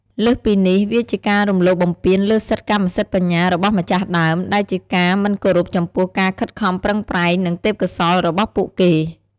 លើសពីនេះ វាជាការរំលោភបំពានលើសិទ្ធិកម្មសិទ្ធិបញ្ញារបស់ម្ចាស់ដើម ដែលជាការមិនគោរពចំពោះការខិតខំប្រឹងប្រែង និងទេពកោសល្យរបស់ពួកគេ។